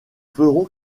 feront